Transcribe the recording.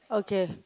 okay